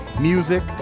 music